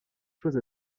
choses